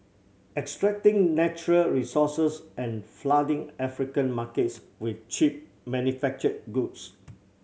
extracting natural resources and flooding African markets with cheap manufactured goods